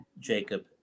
Jacob